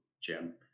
Jim